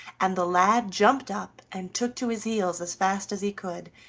and the lad jumped up and took to his heels as fast as he could,